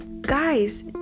guys